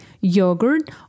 yogurt